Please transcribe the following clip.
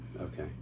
okay